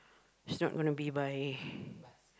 it's not gonna be by